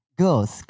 girls